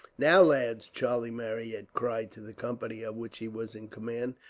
now, lads, charlie marryat cried to the company of which he was in command,